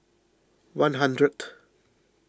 one hundred